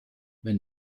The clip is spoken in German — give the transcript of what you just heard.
wenn